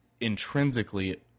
intrinsically